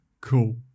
Cool